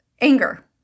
anger